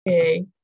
okay